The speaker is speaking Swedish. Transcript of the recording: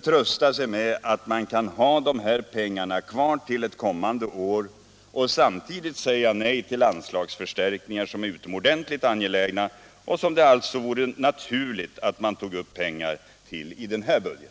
— trösta sig med att man kan ha de här pengarna kvar till ett kommande år — och samtidigt säga nej till anslagsförstärkningar som är utomordentligt angelägna och som det alltså vore naturligt att man tog upp pengar till i den här budgeten.